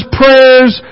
prayers